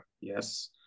Yes